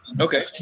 Okay